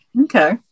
okay